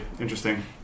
interesting